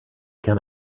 can